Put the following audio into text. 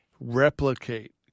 replicate